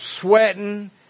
sweating